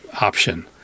option